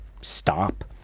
stop